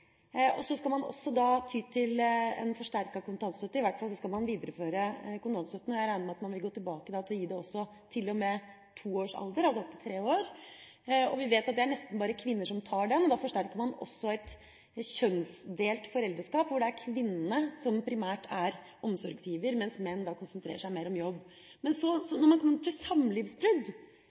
Så skal man også ty til forsterket kontantstøtte, i hvert fall skal man videreføre kontantstøtten, og jeg regner med at man da vil gå tilbake til å gi det også til og med to års alder – altså opp til tre år. Vi vet at det nesten bare er kvinner som mottar den, og da forsterker man også et kjønnsdelt foreldreskap hvor det er kvinnene som primært er omsorgsgivere, mens mennene konsentrerer seg mer om jobb. Men når man så kommer til samlivsbrudd,